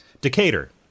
Decatur